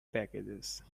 packages